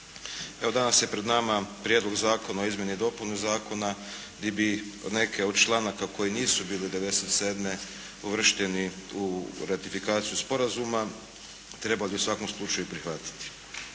Evo danas je pred nama prijedlog zakona o izmjeni i dopuni zakona gdje bi neke od članaka koji nisu bili 97. uvršteni u ratifikaciju sporazuma, trebali u svakom slučaju prihvatiti.